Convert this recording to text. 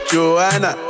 Joanna